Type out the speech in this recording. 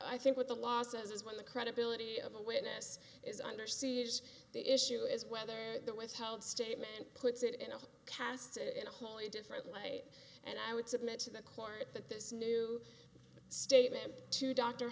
i think what the law says is when the credibility of a witness is under siege the issue is whether the withheld statement puts it in a cast it in a wholly different light and i would submit to the court that this new statement to d